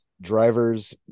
drivers